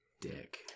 dick